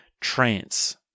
trance